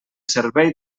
servei